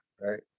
right